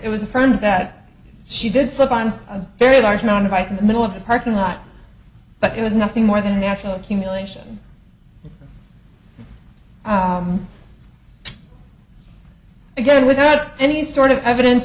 it was a friend that she did slip on a very large amount of ice in the middle of the parking lot but it was nothing more than natural accumulation again without any sort of evidence